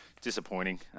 disappointing